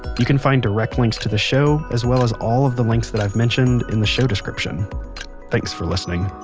you can find direct links to this show, as well as all of the links that i've mentioned in the show description thanks for listening